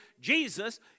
Jesus